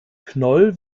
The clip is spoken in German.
knoll